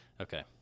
Okay